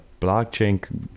blockchain